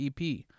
EP